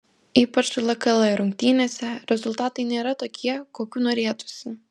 ypač lkl rungtynėse rezultatai nėra tokie kokių norėtųsi